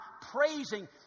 praising